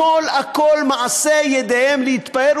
הכול הכול מעשה ידיהם להתפאר,